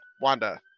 Wanda